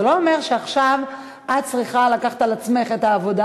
זה לא אומר שעכשיו את צריכה לקחת על עצמך את העבודה